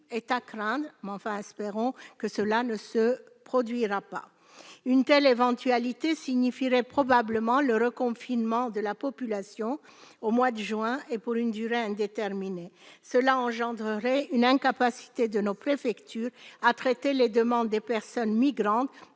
est à craindre, même si nous espérons que ce ne sera pas le cas. Une telle éventualité signifierait probablement le reconfinement de la population au mois de juin et pour une durée indéterminée. Cela engendrerait une incapacité de nos préfectures à traiter les demandes des personnes migrantes